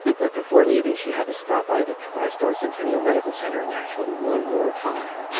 but before leaving, she had to stop by the tristar centennial medical center in nashville one more time